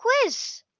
quiz